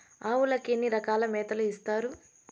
ఆవులకి ఎన్ని రకాల మేతలు ఇస్తారు?